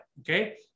okay